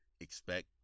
expect